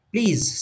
Please